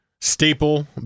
staple